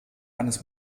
eines